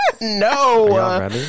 No